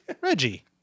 Reggie